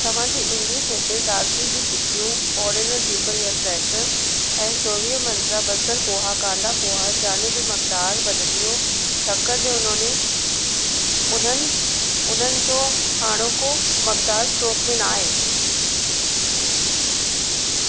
तव्हां जी इन्डिसिक्रेट्स राजगिरी जी चिक्कियूं ओडोनिल ज़िप्पर एयर फ्रेशनर ऐं चोवीह मंत्रा बसर पोहा कांदा पोहा शयुनि जो मक़दार बदिलियो छाकाणि त उन्होनी उन्हनि उन्हनि जो हाणोको मक़दार स्टोक में न आहे